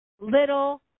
little